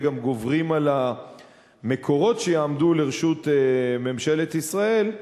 גם גוברים על המקורות שיעמדו לרשות ממשלת ישראל,